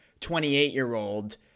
28-year-old